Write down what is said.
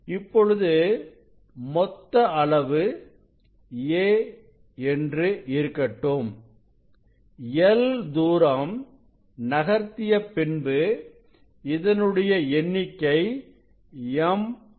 இப்பொழுது மொத்த அளவு a என்று இருக்கட்டும் l தூரம் நகர்த்திய பின்பு இதனுடைய எண்ணிக்கை m ஆகும்